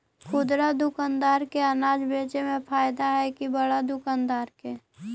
खुदरा दुकानदार के अनाज बेचे में फायदा हैं कि बड़ा दुकानदार के?